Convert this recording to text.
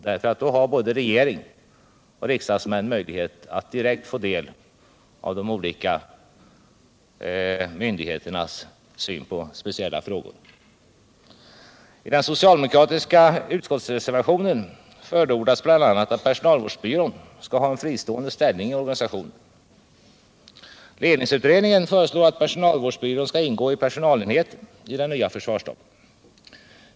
Då har både regeringen och riksdagsmännen möjlighet att direkt få del av de olika myndigheternas syn på speciella frågor. I den socialdemokratiska utskottsreservationen förordas bl.a. att personalvårdsbyrån skall ha en fristående ställning i organisationen. Ledningsutredningen föreslår att personalvårdsbyrån skall ingå i personalenheten i den nya försvarsstaben.